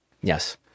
yes